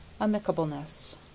Amicableness